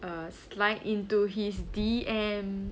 err slide into his D_M